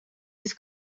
від